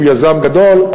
שהוא יזם גדול,